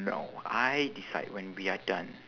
no I decide when we are done